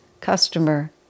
customer